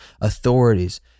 authorities